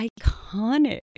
iconic